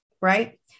right